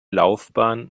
laufbahn